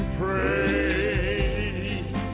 praise